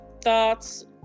thoughts